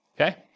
okay